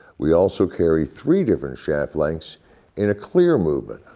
we also carry three different shaft length in a clear movement.